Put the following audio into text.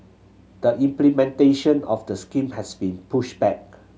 the implementation of the scheme has been pushed back